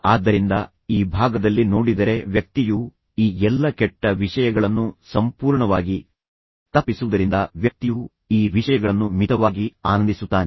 ಆದ್ದರಿಂದ ಈ ಭಾಗದಲ್ಲಿ ನೋಡಿದರೆ ವ್ಯಕ್ತಿಯು ಈ ಎಲ್ಲ ಈ ಎಲ್ಲಾ ಕೆಟ್ಟ ವಿಷಯಗಳನ್ನು ಸಂಪೂರ್ಣವಾಗಿ ತಪ್ಪಿಸುವುದರಿಂದ ವ್ಯಕ್ತಿಯು ಈ ವಿಷಯಗಳನ್ನು ಮಿತವಾಗಿ ಆನಂದಿಸುತ್ತಾನೆ